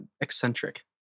eccentric